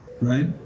right